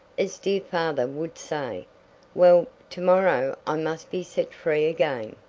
as dear father would say. well, to-morrow i must be set free again.